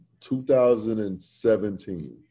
2017